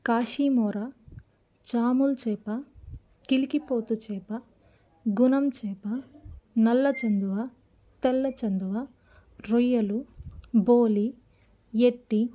కాశీమోరా ఛాముల్ చేప కిల్కిపోతు చేప గుణంచేప నల్లచెందువ తెల్లచెందువ రొయ్యలు బోలి ఎట్టి